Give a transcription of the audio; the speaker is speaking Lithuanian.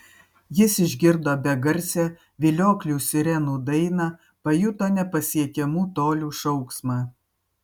jis išgirdo begarsę vilioklių sirenų dainą pajuto nepasiekiamų tolių šauksmą